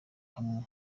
hamwe